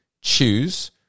choose